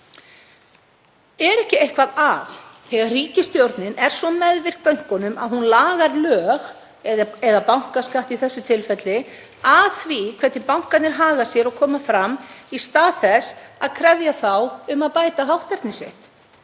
Er ekki eitthvað að þegar ríkisstjórnin er svo meðvirk með bönkunum að hún lagar lög, eða bankaskatt í þessu tilfelli, að því hvernig bankarnir haga sér og koma fram, í stað þess að krefja þá um að bæta hátterni sitt?